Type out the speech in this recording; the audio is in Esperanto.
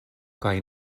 kaj